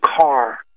car